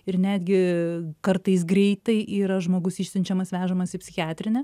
ir netgi kartais greitai yra žmogus išsiunčiamas vežamas į psichiatrinę